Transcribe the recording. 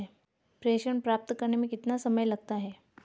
प्रेषण प्राप्त करने में कितना समय लगता है?